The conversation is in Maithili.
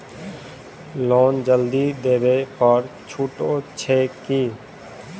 लोन जल्दी देबै पर छुटो छैक की?